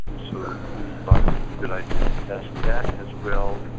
so we thought it would be a good idea to test that as well.